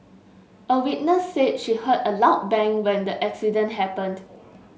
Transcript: a witness said she heard a loud bang when the accident happened